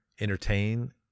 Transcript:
entertain